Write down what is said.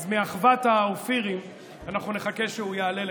אז מאחוות האופירים אנחנו נחכה שהוא יעלה לכאן.